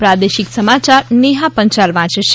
પ્રાદેશિક સમાયાર નેહા પંચાલ વાંચ છે